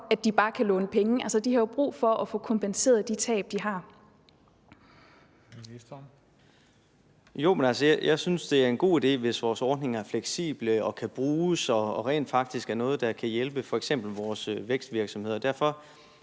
Juhl): Ministeren. Kl. 18:47 Erhvervsministeren (Simon Kollerup): Jo, men altså, jeg synes, det er en god idé, hvis vores ordninger er fleksible og kan bruges og rent faktisk er noget, der kan hjælpe f.eks. vores vækstvirksomheder. Derfor